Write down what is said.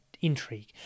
intrigue